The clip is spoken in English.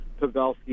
Pavelski